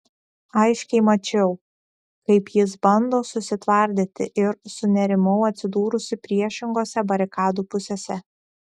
aiškiai mačiau kaip jis bando susitvardyti ir sunerimau atsidūrusi priešingose barikadų pusėse